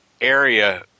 area